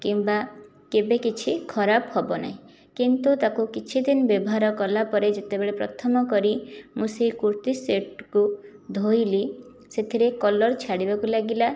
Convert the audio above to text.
କିମ୍ବା କେବେ କିଛି ଖରାପ ହେବ ନାହିଁ କିନ୍ତୁ ତାକୁ କିଛି ଦିନ ବ୍ୟବହାର କଲାପରେ ଯେତେବେଳେ ପ୍ରଥମ କରି ମୁଁ ସେ କୁର୍ତ୍ତୀ ସେଟ୍କୁ ଧୋଇଲି ସେଥିରେ କଲର୍ ଛାଡ଼ିବାକୁ ଲାଗିଲା